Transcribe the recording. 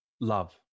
love